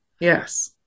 Yes